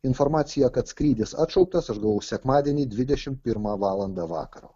informaciją kad skrydis atšauktas aš gavau sekmadienį dvidešim pirmą valandą vakaro